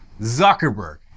Zuckerberg